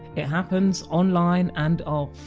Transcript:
it happens online and off.